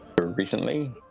recently